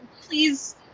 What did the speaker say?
please